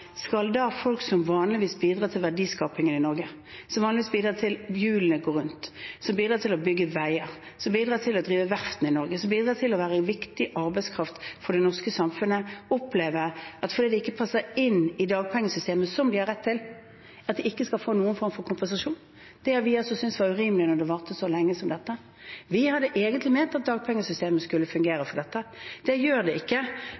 Skal da folk som vanligvis bidrar til verdiskapingen i Norge, som vanligvis bidrar til at hjulene går rundt, som bidrar til å bygge veier, som bidrar til å drive verftene i Norge, som bidrar til å være en viktig arbeidskraft for det norske samfunnet, oppleve at fordi de ikke passer inn i dagpengesystemet – som de har rett til – skal de ikke få noen form for kompensasjon? Det har vi altså syntes var urimelig når det varte så lenge som dette. Vi hadde egentlig ment at dagpengesystemet skulle fungere for dette. Det gjør det ikke,